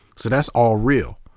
so that's all real.